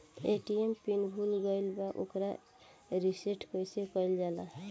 ATM pin भूल गईल पर ओके रीसेट कइसे कइल जाला?